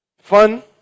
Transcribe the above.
Fun